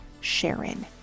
Sharon